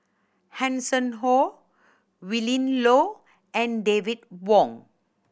Hanson Ho Willin Low and David Wong